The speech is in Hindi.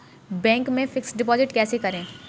बैंक में फिक्स डिपाजिट कैसे करें?